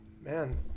man